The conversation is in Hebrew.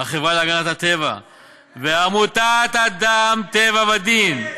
החברה להגנת הטבע ועמותת "אדם טבע ודין"